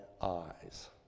eyes